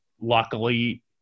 luckily